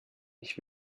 ich